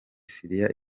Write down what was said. syria